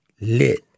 Lit